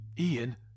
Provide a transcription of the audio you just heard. Ian